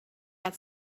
had